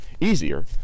easier